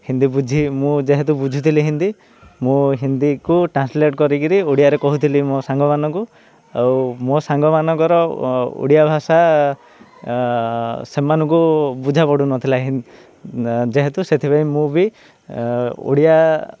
ହିନ୍ଦୀ ବୁଝି ମୁଁ ଯେହେତୁ ବୁଝୁଥିଲି ହିନ୍ଦୀ ମୁଁ ହିନ୍ଦୀକୁ ଟ୍ରାନ୍ସଲେଟ କରିକିରି ଓଡ଼ିଆରେ କହୁଥିଲି ମୋ ସାଙ୍ଗମାନଙ୍କୁ ଆଉ ମୋ ସାଙ୍ଗମାନଙ୍କର ଓଡ଼ିଆ ଭାଷା ସେମାନଙ୍କୁ ବୁଝା ପଡ଼ୁନଥିଲା ଯେହେତୁ ସେଥିପାଇଁ ମୁଁ ବି ଓଡ଼ିଆ